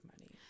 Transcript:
money